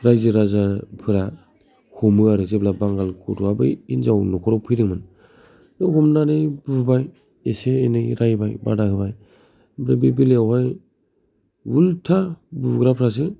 राइजो राजाफोरा हमो आरो जेब्ला बांगाल गथ'आ बै हिनजावनि न'खराव फैदोंमोन हमनानै बुबाय एसे एनै रायबाय बादा होबाय दा बे बेलायाव हाय उल्था बुग्रा फ्रासो